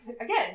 again